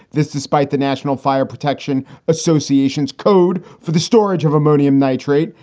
this despite the national fire protection association's code for the storage of ammonium nitrate.